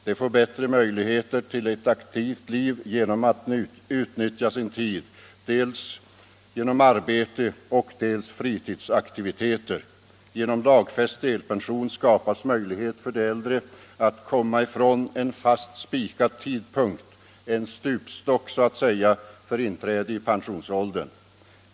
De får bättre möjligheter till ett aktivt liv genom att utnyttja sin tid dels till arbete, dels till fritidsaktiviteter. Genom lagfäst delpension skapas möjligheter för de äldre att komma ifrån en fast spikad tidpunkt, en stupstock så att säga, för inträde i pensionsåldern.